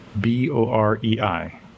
B-O-R-E-I